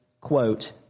quote